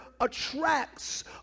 attracts